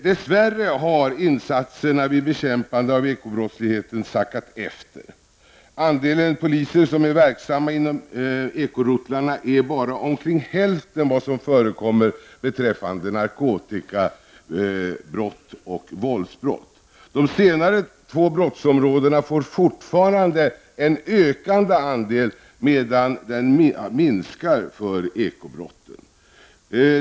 Dess värre har insatserna vid bekämpande av ekobrottsligheten sackat efter. Andelen poliser som är verksamma inom ekorotlarna är bara omkring hälften av vad som förekommer beträffande narkotika och våldsbrott. De senare två brottsområdena får fortfarande en ökande andel medan den minskar för ekobrotten.